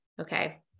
Okay